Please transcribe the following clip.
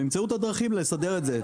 וימצאו את הדרכים לסדר את זה.